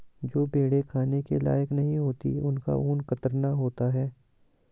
जो भेड़ें खाने के लायक नहीं होती उनका ऊन कतरन होता है